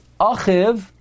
Achiv